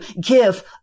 give